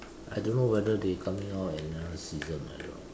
I don't know whether they coming out another season I don't know